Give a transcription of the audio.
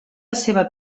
seva